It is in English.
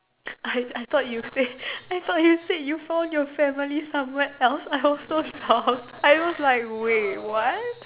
I I thought you said I thought you said you found your family somewhere else I was so shocked I was like wait what